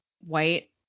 white